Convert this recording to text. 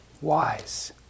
wise